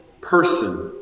person